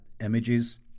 images